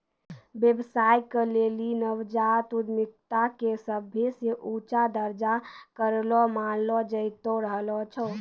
व्यवसाय के लेली नवजात उद्यमिता के सभे से ऊंचा दरजा करो मानलो जैतो रहलो छै